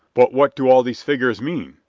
but what do all these figures mean?